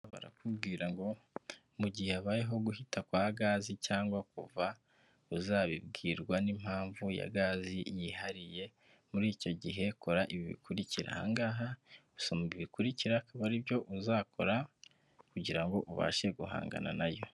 Barakubwira ngo mu gihe habayeho guhita kwa gaze cyangwa kuva uzabibwirwa n'impamvu ya gaze yihariye muri icyo gihe kora ibi bikurikira aha ngaha bikurikira akaba ari byo uzakora kugirango ngo ubashe guhangana nayo.